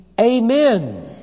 Amen